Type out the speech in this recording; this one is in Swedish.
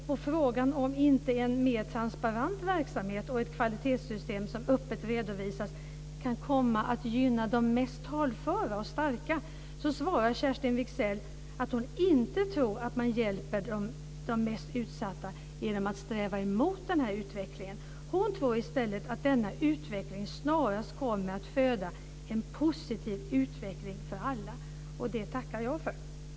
På frågan om inte en mer transparent verksamhet och ett kvalitetssystem som öppet redovisas kan komma att gynna de mest talföra och starka svarar Kerstin Wigzell att hon inte tror att man hjälper de mest utsatta genom att sträva emot den här utvecklingen. Hon tror i stället att denna utveckling snarast kommer att föda en positiv utveckling för alla. Det tackar jag för.